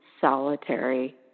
solitary